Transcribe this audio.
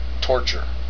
torture